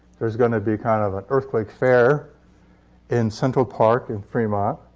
there's going to be kind of an earthquake fair in central park in fremont.